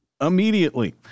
immediately